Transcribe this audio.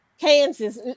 Kansas